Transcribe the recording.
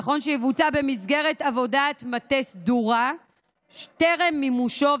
נכון שיבוצע במסגרת עבודת מטה סדורה טרם מימושו,